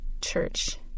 church